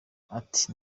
ati